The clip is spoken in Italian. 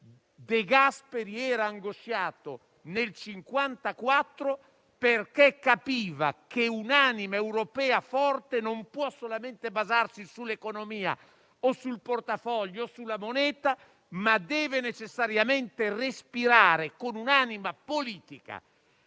De Gasperi era angosciato, nel 1954, perché capiva che un'anima europea forte non può solamente basarsi sull'economia, sul portafoglio o sulla moneta, ma deve necessariamente respirare con un'anima politica.